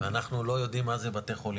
ואנחנו לא יודעים מה זה בתי חולים.